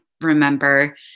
remember